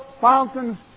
fountains